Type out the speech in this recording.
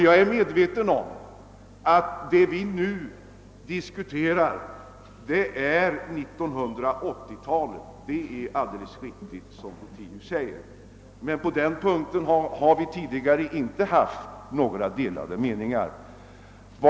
Jag är medveten om att det är riktigt som herr Lothigius säger, att det är 1980-talet vi nu diskuterar. På den punkten har det inte rått några delade meningar.